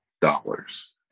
dollars